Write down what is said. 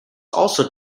also